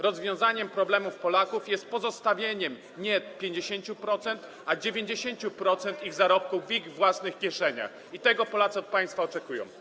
Rozwiązaniem problemów Polaków jest pozostawienie nie 50%, ale 90% ich zarobków w ich własnych kieszeniach i tego Polacy od państwa oczekują.